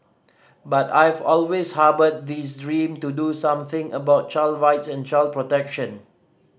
but I've always harboured this dream to do something about child rights and child protection